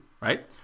right